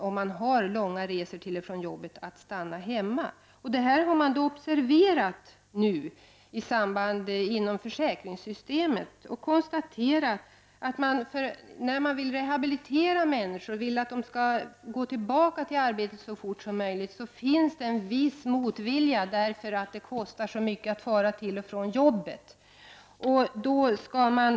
Om man har långa resor till och från jobbet tjänar man på att stanna hemma. Detta har nu observerats inom försäkringssystemet. När man vill rehabilitera människor för att de skall kunna gå tillbaka till arbetet så snart som möjligt finns det en viss motvilja, därför att det kostar så mycket att åka till och från jobbet.